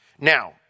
Now